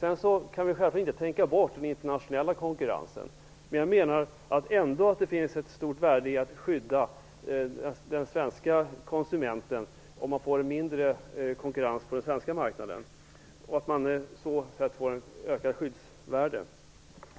Vi kan självfallet inte tänka bort den internationella konkurrensen. Men jag menar ändå att det finns ett stort värde i att skydda den svenska konsumenten genom att få till stånd mindre konkurrens på den svenska marknaden. På så sätt ökar man det sociala skyddet.